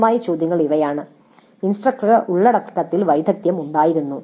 സാധ്യമായ ചോദ്യങ്ങൾ ഇവയാണ് ഇൻസ്ട്രക്ടർക്ക് ഉള്ളടക്കത്തിൽ വൈദഗ്ദ്ധ്യം ഉണ്ടായിരുന്നു